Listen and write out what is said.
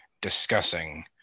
discussing